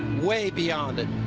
way beyond it.